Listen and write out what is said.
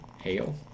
Hail